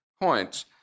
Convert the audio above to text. points